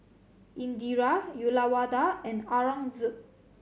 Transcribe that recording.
Indira Uyyalawada and Aurangzeb